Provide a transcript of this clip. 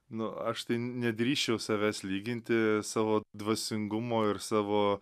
nu aš nedrįsčiau savęs lyginti savo dvasingumo ir savo